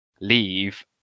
leave